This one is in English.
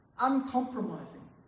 uncompromising